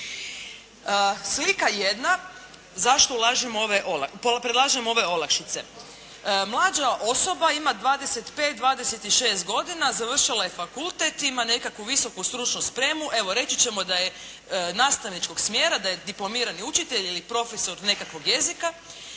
Slika jedna zašto predlažemo ove olakšice. Mlađa osoba ima 25-26 godina, završila je fakultet, ima nekakvu visoku stručnu spremu, evo reći ćemo da je nastavničkog smjera, da je diplomirani učitelj ili profesor nekakvog jezika,